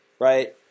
right